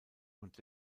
und